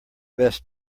best